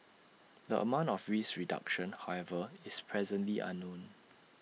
the amount of risk reduction however is presently unknown